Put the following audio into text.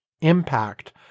impact